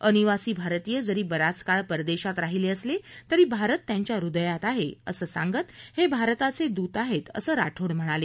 अनिवासी भारतीय जरी बराच काळ परदेशात राहिले असले तरी भारत त्यांच्या हृदयात आहे असं सांगत हे भारताचे दूत आहेत असं राठोड म्हणाले